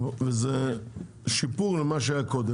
וזה שיפור למה שהיה קודם.